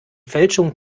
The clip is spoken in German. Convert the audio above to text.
fälschung